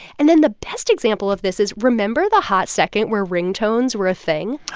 and then the best example of this is remember the hot second where ringtones were a thing?